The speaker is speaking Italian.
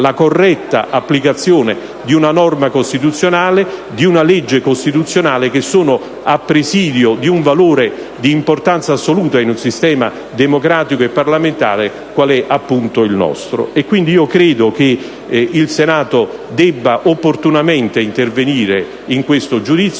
la corretta applicazione di una norma costituzionale, di una legge costituzionale, che sono a presidio di un valore di importanza assoluta in un sistema democratico e parlamentare quale è appunto il nostro. Credo che il Senato debba opportunamente intervenire in questo giudizio,